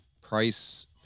price